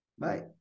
Bye